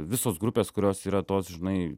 visos grupės kurios yra tos žinai